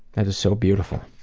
that is so beautiful.